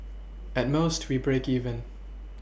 at most we break even